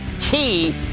key